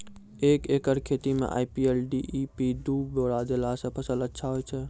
एक एकरऽ खेती मे आई.पी.एल डी.ए.पी दु बोरा देला से फ़सल अच्छा होय छै?